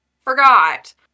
Forgot